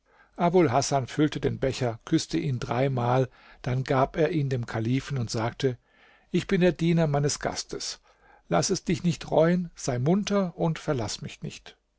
hasan füllte den becher küßte ihn dreimal dann gab er ihn dem kalifen und sagte ich bin der diener meines gastes laß es dich nicht reuen sei munter und verlaß mich nicht